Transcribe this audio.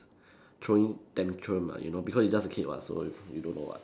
throwing tantrum ah you know because you just a kid [what] so you don't know what